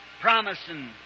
promising